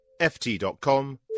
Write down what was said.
ft.com